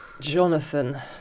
Jonathan